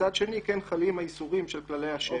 מצד שני כן חלים האיסורים של כללי אשר